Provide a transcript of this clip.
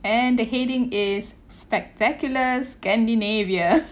and the heading is spectacular scandinavia